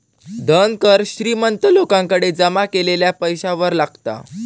धन कर श्रीमंत लोकांकडे जमा केलेल्या पैशावर लागता